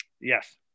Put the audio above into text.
Yes